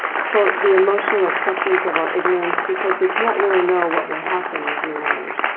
quote, the emotional acceptance of our ignorance because we cannot really know what will happen with new knowledge.